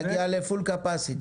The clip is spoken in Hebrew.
להגיע ל-full capacity.